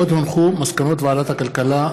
לוועדת העבודה,